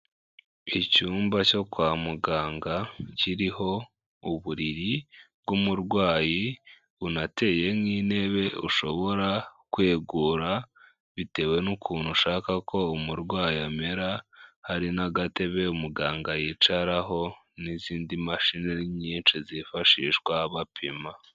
Icyumba cyo kwa muganga kiriho uburiri bw'umurwayi, bunateye nk'intebe ushobora kwegura bitewe n'ukuntu ushaka ko umurwayi amera, hari n'agatebe muganga yicaraho, n'izindi mashini nyinshi zifashishwa bapima.